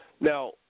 now